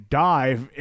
dive